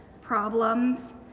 problems